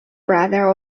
brother